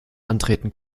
antreten